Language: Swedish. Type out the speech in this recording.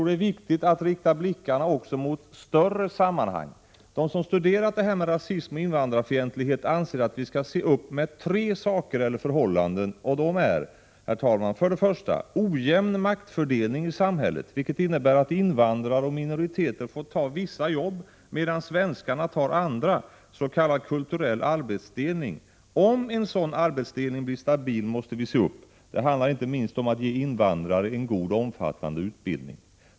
Det är viktigt att också rikta blickarna mot större sammanhang. De som har studerat rasism och invandrarfientlighet anser att vi skall se upp med tre saker, herr talman. För det första gäller det en ojämn maktfördelning i samhället. Det innebär nämligen s.k. kulturell arbetsdelning — invandrare och minoriteter får ta vissa jobb, medan svenskar tar andra. Om en sådan arbetsdelning blir stabil måste vi se upp. Det handlar inte minst om att ge invandrare en god och omfattande utbildning.